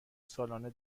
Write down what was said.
سالانه